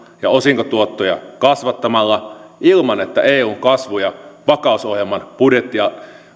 ja osinkotuottoja kasvattamalla ilman että eun kasvu ja vakausohjelman budjetti ja